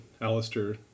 Alistair